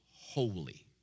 holy